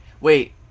Wait